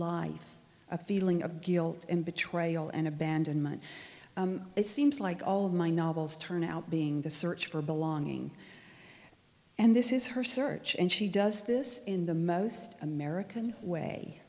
life a feeling of guilt and betrayal and abandonment it seems like all of my novels turn out being the search for belonging and this is her search and she does this in the most american way